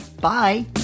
Bye